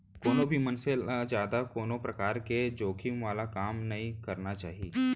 कोनो भी मनसे ल जादा कोनो परकार के जोखिम वाला काम नइ करना चाही